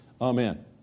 Amen